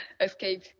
escape